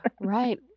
Right